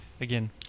Again